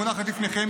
המונחת לפניכם,